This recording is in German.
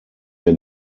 der